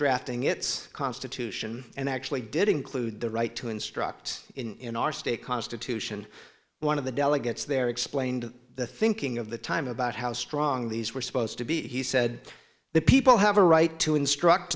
drafting its constitution and actually did include the right to instruct in our state constitution one of the delegates there explained the thinking of the time about how strong these were supposed to be he said the people have a right to instruct